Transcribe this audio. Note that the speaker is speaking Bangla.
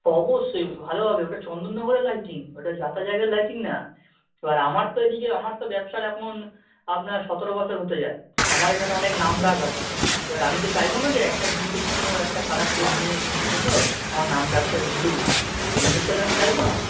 অবশ্যই ভালো হবে ওটা চন্দননগরের লাইটিং ওটা যা তা জায়গার লাইটিং না এবার আমার তো এদিকে আমার তো ব্যবসার এখন আপনার সতেরো বছর হতে যায় তো আমার এখানে অনেক নাম ডাক আছে এবার আমি তো চাইবো না যে একটা জিনিসের জন্য একটা খারাপের জন্য জিনিসের জন্য আমার নাম ডাকটা ডুবুক এই জিনিসটা তো আমি চাইবো না